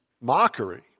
mockery